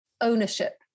ownership